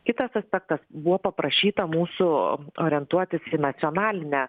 kitas aspektas buvo paprašyta mūsų orientuotis į nacionalinę